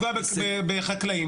הגנב זה החיים שלו לפגוע בחקלאים,